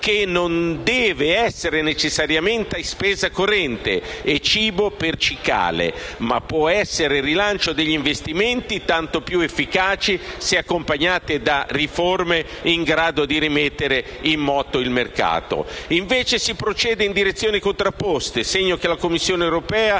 Essa non deve essere necessariamente spesa corrente e cibo per cicale, ma può essere rilancio degli investimenti, tanto più efficaci, se accompagnati da riforme in grado di rimettere in moto il mercato. Invece si procede in direzioni contrapposte, segno che la Commissione europea